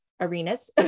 arenas